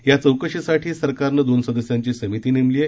या चौकशीसाठी सरकारनं दोन सदस्यांची समिती नेमली आहे